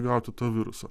gauti to viruso